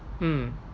mm